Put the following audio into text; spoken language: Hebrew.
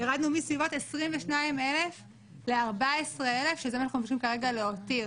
ירדנו מסביבות 22,000 ל-14,000 שזה מה שאנחנו מבקשים כרגע להותיר,